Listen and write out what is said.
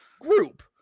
group